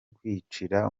kwicira